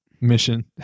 mission